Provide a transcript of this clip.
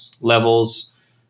levels